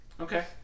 okay